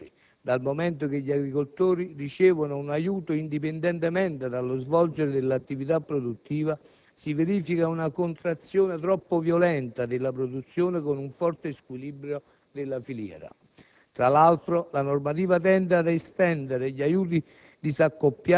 alla produzione ad una politica di aiuti al reddito degli agricoltori. Dal momento che gli agricoltori ricevono un aiuto, indipendentemente dallo svolgimento di un'attività produttiva, ciò significa una contrazione troppo violenta della produzione con un forte squilibrio della filiera.